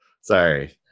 Sorry